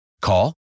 Call